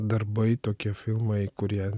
darbai tokie filmai kurie